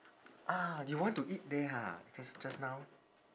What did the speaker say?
ah you want to eat there ha jus~ just now